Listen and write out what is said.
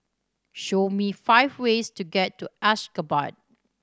show me five ways to get to Ashgabat